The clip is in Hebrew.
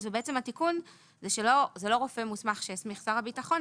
בעצם התיקון שזה לא רופא מוסמך שהסמיך שר הביטחון,